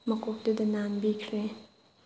ꯃꯀꯣꯛꯇꯨꯗ ꯅꯥꯟꯕꯤꯈ꯭ꯔꯦ